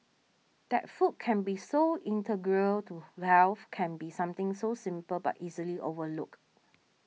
that food can be so integral to health can be something so simple but easily overlooked